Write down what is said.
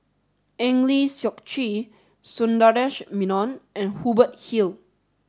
Eng Lee Seok Chee Sundaresh Menon and Hubert Hill